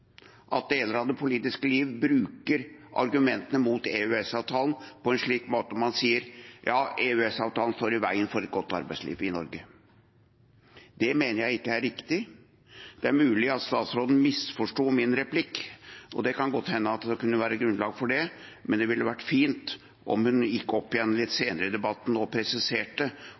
at deler av det politiske liv bruker argumentene mot EØS-avtalen på en slik måte. Man sier: EØS-avtalen står i veien for et godt arbeidsliv i Norge. Det mener jeg ikke er riktig. Det er mulig at utenriksministeren misforsto min replikk, og det kan godt hende at det kunne være grunnlag for det, men det ville vært fint om hun gikk opp igjen senere i debatten og presiserte